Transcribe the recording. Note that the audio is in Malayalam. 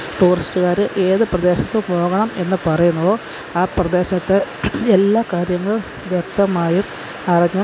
ടൂറിസ്റ്റുകാർ ഏത് പ്രദേശത്ത് പോകാം എന്ന് പറയുന്നുവോ ആ പ്രദേശത്തെ എല്ലാ കാര്യങ്ങളും വ്യക്തമായും അവരും